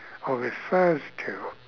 or refers to